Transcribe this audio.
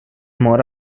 more